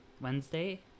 Wednesday